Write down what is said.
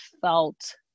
felt